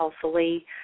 healthily